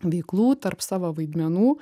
veiklų tarp savo vaidmenų